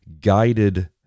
guided